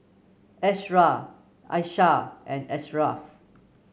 Ashraff Aishah and Ashraff